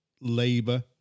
Labour